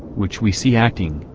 which we see acting,